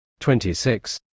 26